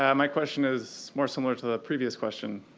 um my question is more similar to the previous question,